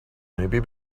maybe